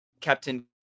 Captain